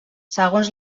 segons